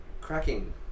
cracking